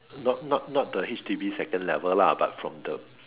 not not not the H_D_B second level lah but from the